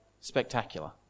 Spectacular